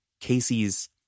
Casey's